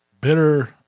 bitter